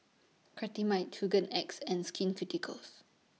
Cetrimide Hygin X and Skin Ceuticals